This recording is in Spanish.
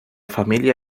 familia